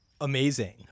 Amazing